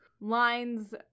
lines